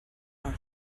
are